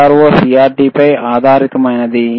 CRO CRT పై ఆధారితమైనది